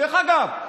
דרך אגב,